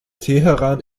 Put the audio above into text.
teheran